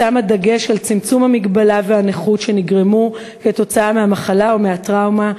היא שמה דגש על צמצום המגבלה והנכות שנגרמו מהמחלה או מהטראומה,